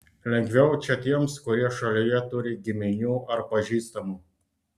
lengviau čia tiems kurie šalyje turi giminių ar pažįstamų